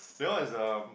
because is a